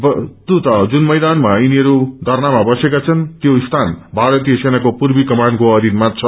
वस्तुत जुन मैदानमा यिनीहरू यरनामा बसेका छन् त्यो स्यान भारतीय सेनाको पूर्वी कमानको अधीनमा छ